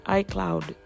iCloud